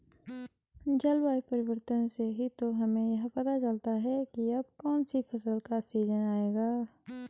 जलवायु परिवर्तन से ही तो हमें यह पता चलता है की अब कौन सी फसल का सीजन आयेगा